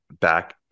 back